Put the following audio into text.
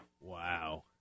Wow